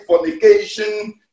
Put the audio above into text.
fornication